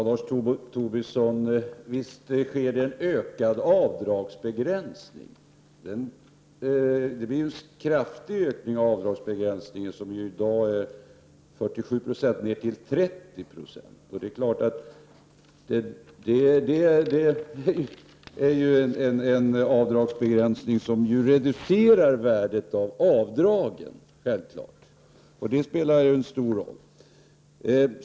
Herr talman! Visst kommer det att bli en ökad avdragsbegränsning, Lars Tobisson. Det blir en kraftig ökning av avdragsbegränsningen, vilken i dag är 47 Jo, ner till 30 96. Det är självfallet en avdragsbegränsning som reducerar värdet av avdragen, och det spelar en stor roll.